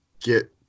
get